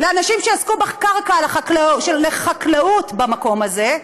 לאנשים שיעסקו בקרקע של חקלאות במקום הזה,